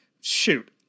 Shoot